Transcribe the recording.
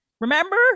remember